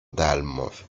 dalmor